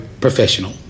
professional